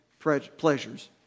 Pleasures